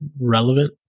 relevant